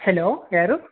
hello ಯಾರು